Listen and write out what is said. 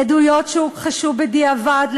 עדויות שהוכחשו בדיעבד,